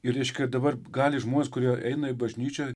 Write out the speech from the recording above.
ir reiškia dabar gali žmonės kurie eina į bažnyčią